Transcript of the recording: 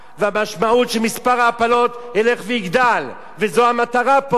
המשמעות שמספר ההפלות ילך ויגדל, וזו המטרה פה.